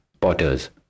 potters